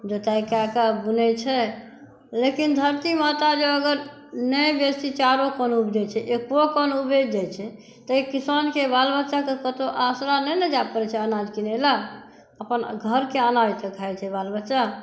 जोताई कए कऽ बुनै छै लेकिन धरतीमाता जे अगर नहि बेसी चारों कन उपजै छै एको कन उपजि जाइ छै तऽ एक किसानके बाल बच्चाके कतौ आसरा नहि ने जाय परै छै अनाज के लेल अपन घरके अनाज तऽ खाय छै बाल बच्चा